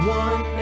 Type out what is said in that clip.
one